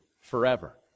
forever